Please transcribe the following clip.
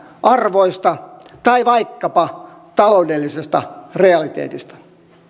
arvoista tai vaikkapa taloudellisesta realiteetista